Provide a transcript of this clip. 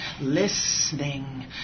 listening